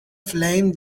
flame